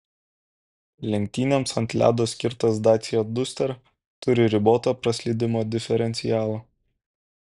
lenktynėms ant ledo skirtas dacia duster turi riboto praslydimo diferencialą